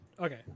Okay